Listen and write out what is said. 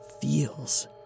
feels